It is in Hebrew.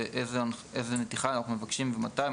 איזו נתיחה מבקשים ומתי,